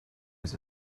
was